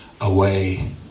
away